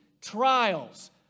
trials